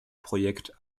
projekt